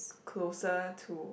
closer to